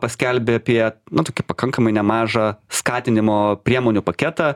paskelbė apie nu tokį pakankamai nemažą skatinimo priemonių paketą